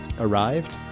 arrived